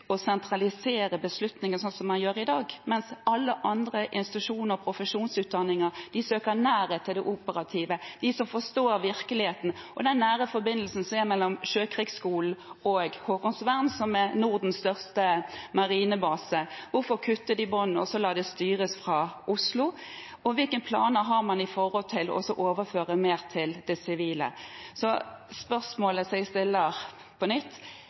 å sentralisere beslutninger, som man gjør i dag – mens alle andre institusjoner og profesjonsutdanninger søker nærhet til det operative, til dem som forstår virkeligheten, og til den nære forbindelsen som er mellom Sjøkrigsskolen og Haakonsvern, som er Nordens største marinebase? Hvorfor kutter man de båndene og lar dette styres fra Oslo? Hvilke planer har man for å overføre mer til det sivile? Spørsmålet som jeg stiller på nytt,